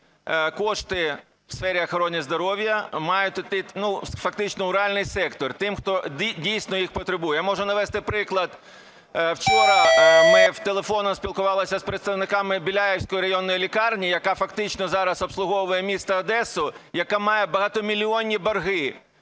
кошти у сфері охорони здоров'я мають йти фактично в реальний сектор тим, хто дійсно їх потребує. Я можу навести приклад. Вчора ми в телефонах спілкувалися з представниками Біляївської районної лікарні, яка фактично зараз обслуговує місто Одесу, яка має багатомільйонні борги